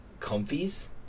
Comfies